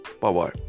Bye-bye